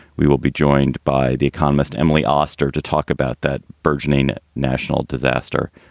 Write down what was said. we will be joined by the economist emily oster to talk about that burgeoning national disaster.